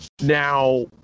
Now